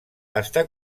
està